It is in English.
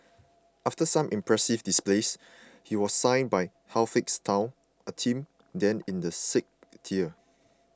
after some impressive displays he was signed by Halifax town a team then in the sixth tier